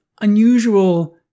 unusual